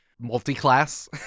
multi-class